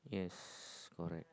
yes correct